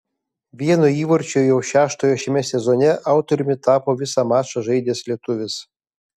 vieno įvarčio jau šeštojo šiame sezone autoriumi tapo visą mačą žaidęs lietuvis